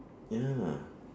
ya